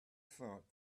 thought